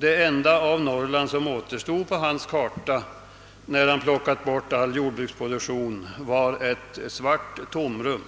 Det enda som återstod av Norrland på hans karta, när han hade plockat bort all jordbruksproduktion, var ett svart tomrum.